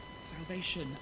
Salvation